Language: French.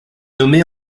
nommée